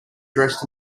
dressed